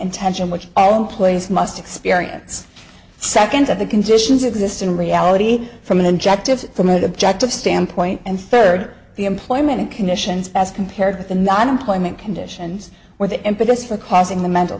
and tension which all employees must experience second of the conditions exist in reality from an injective from objective standpoint and third the employment conditions as compared with the non employment conditions where the impetus for causing the mental